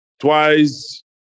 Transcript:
twice